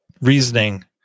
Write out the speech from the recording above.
reasoning